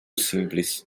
simples